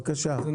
בבקשה.